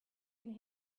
den